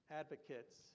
advocates